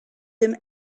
him